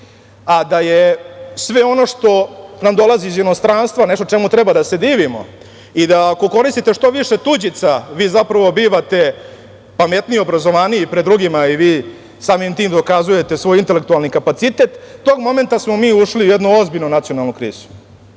a da je sve ono što nam dolazi iz inostranstva nešto čemu treba da se divimo i da ako koristite što više tuđica, vi zapravo bivate pametniji i obrazovaniji pred drugima i vi samim tim dokazujete svoj intelektualni kapacitet, tog momenta smo mi ušli u jednu ozbiljnu nacionalnu krizu,